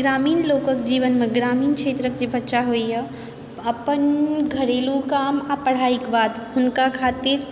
ग्रामीण लोकक जीवनमे ग्रामीण क्षेत्रक जे बच्चा होइए अपन घरेलू काम आ पढाईके बाद हुनका खातिर